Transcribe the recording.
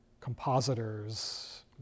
compositors